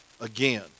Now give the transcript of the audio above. again